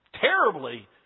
terribly